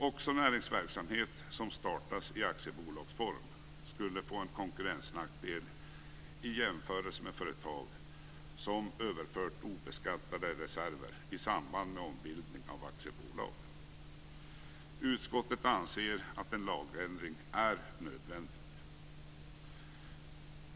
Också näringsverksamhet som startas i aktiebolagsform skulle få en konkurrensnackdel i jämförelse med företag som överfört obeskattade reserver i samband med ombildning av aktiebolag. Utskottet anser att en lagändring är nödvändig.